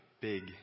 big